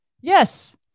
Yes